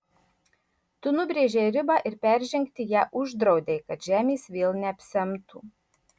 tu nubrėžei ribą ir peržengti ją uždraudei kad žemės vėl neapsemtų